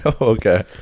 okay